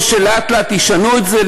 או שלאט-לאט ישנו את זה.